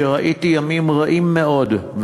שראיתי ימים רעים מאוד,